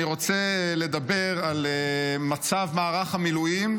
אני רוצה לדבר על מצב מערך המילואים,